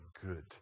good